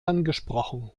angesprochen